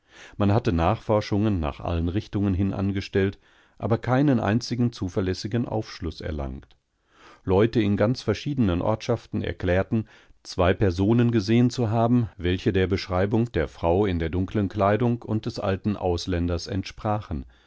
man von der poststadt von porthgenna an jede spur verloren manhattenachforschungennachallenrichtungenhinangestellt aberkeinen einzigen zuverlässigen aufschluß erlangt leute in ganz verschiedenen ortschaften erklärten zwei personen gesehen zu haben welche der beschreibung der frau in der dunkeln kleidung des alten ausländers entsprachen